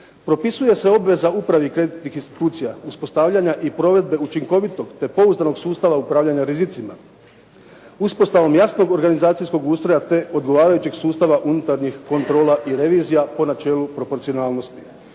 Propisuje se obveza upravi kreditnih institucija uspostavljanja i provedbe učinkovitog te pouzdanog sustava upravljanja rizicima uspostavom jasnog organizacijskog ustroja te odgovarajućeg sustava unutarnjih kontrola i revizija po načelu proporcionalnosti.